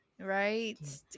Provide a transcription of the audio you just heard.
Right